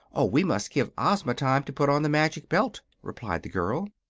oh, we must give ozma time to put on the magic belt, replied the girl.